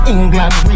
England